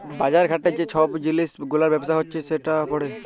বাজার ঘাটে যে ছব জিলিস গুলার ব্যবসা হছে সেট পড়ে